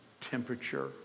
temperature